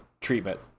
treatment